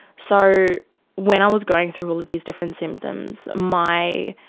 so when i was going through all of these different symptoms, my